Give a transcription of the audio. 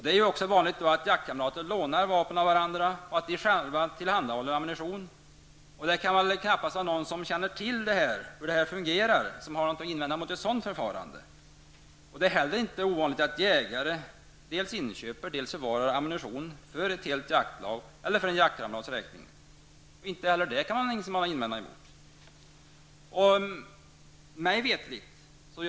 Det är också vanligt att jaktkamrater lånar vapen av varandra och att de själva tillhandahåller ammunition. Det kan väl knappast vara en person som känner till hur det fungerar som har att invända mot ett sådant förfarande. Det är inte heller ovanligt att jägare dels köper, dels förvarar ammunition för ett helt jaktlag eller för en jaktkamrats räkning. Inte heller detta kan man ha någonting att invända emot.